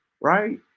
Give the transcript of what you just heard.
right